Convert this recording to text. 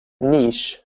niche